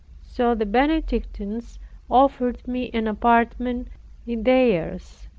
so the benedictines offered me an apartment in theirs.